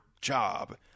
job